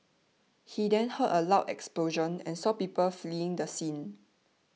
he then heard a loud explosion and saw people fleeing the scene